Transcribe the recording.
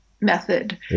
method